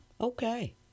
Okay